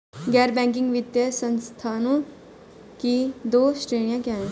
गैर बैंकिंग वित्तीय संस्थानों की दो श्रेणियाँ क्या हैं?